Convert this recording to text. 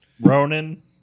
Ronan